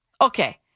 okay